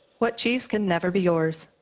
what cheese can never be yours?